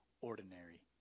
ordinary